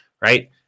right